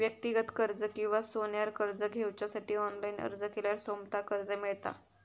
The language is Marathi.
व्यक्तिगत कर्ज किंवा सोन्यार कर्ज घेवच्यासाठी ऑनलाईन अर्ज केल्यार सोमता कर्ज मेळता